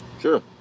sure